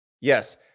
Yes